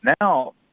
now